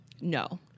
No